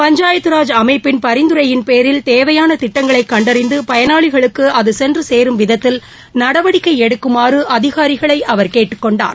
பஞ்சாயத்தராஜ் அமைப்பின் பரிந்துரையின் பேரில் தேவையான திட்டங்களை கண்டறிந்து பயனாளிகளுக்கு அது செசென்று சேரும் விதத்தில் நடவடிக்கை எடுக்குமாறு அதிகாரிகளை கேட்டுக் கொண்டார்